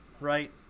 right